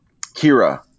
Kira